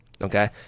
okay